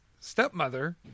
stepmother